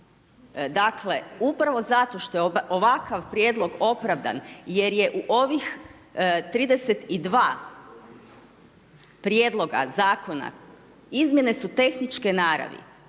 Dakle, upravo zato što je ovakav prijedlog opravdan jer je u ovih 32 prijedloga zakona, izmjene su tehničke naravi